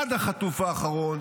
עד החטוף האחרון,